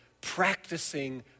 practicing